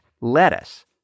lettuce